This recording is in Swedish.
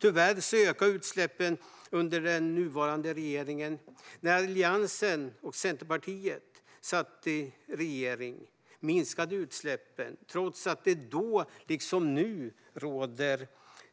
Tyvärr ökar utsläppen under den nuvarande regeringen. När Alliansen och Centerpartiet satt i regering minskade utsläppen, trots att det då liksom nu råder